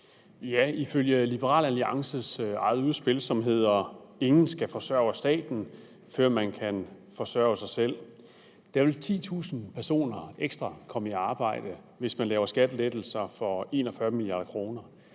(S): Ifølge Liberal Alliances eget udspil, som hedder »Ingen skal forsørge staten, før man kan forsørge sig selv«, ville 10.000 personer ekstra komme i arbejde, hvis man laver skattelettelser for 41 mia. kr.